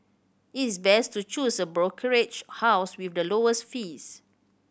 it's best to choose a brokerage house with the lowest fees